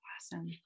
Awesome